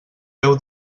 deu